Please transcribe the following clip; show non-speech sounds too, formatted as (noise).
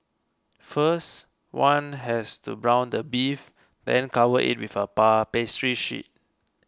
first one has to brown the beef then cover it with a (unintelligible) pastry sheet